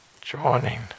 joining